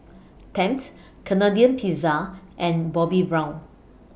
Tempt Canadian Pizza and Bobbi Brown